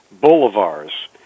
Boulevards